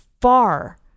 far